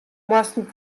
moasten